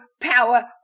power